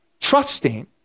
trusting